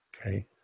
Okay